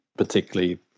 particularly